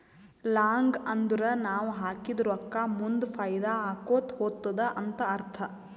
long ಅಂದುರ್ ನಾವ್ ಹಾಕಿದ ರೊಕ್ಕಾ ಮುಂದ್ ಫೈದಾ ಆಕೋತಾ ಹೊತ್ತುದ ಅಂತ್ ಅರ್ಥ